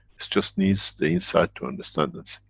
it just needs the insight to understand this.